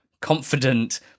confident